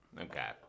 Okay